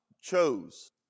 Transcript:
chose